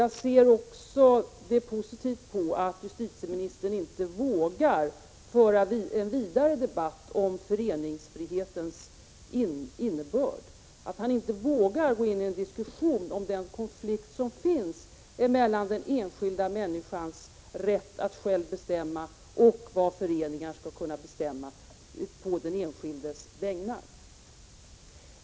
Jag ser det också som positivt att justitieministern inte vågar föra en vidare debatt om föreningsfrihetens innebörd och att han inte vågar gå in i en diskussion om den konflikt som finns mellan den enskilda människans rätt att själv bestämma och vad föreningar skall kunna bestämma på den enskildes vägnar.